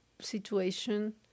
situation